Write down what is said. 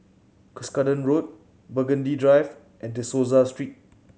Cuscaden Road Burgundy Drive and De Souza Street